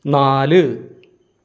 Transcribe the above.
നാല്